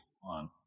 One